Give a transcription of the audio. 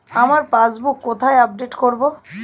আমার পাসবুক কোথায় আপডেট করব?